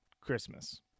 Christmas